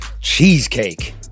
cheesecake